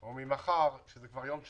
או ממחר שזה כבר יום דחייה,